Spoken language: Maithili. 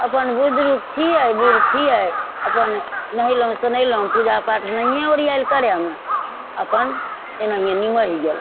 अपन बुदरुक छियै बुढ़ छियै अपन नहेलहुँ सोनेलहुँ पूजापाठ नहिये ओरियाओल करयमे अपन एनाहिये निमहि गेलहुँ